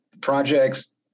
projects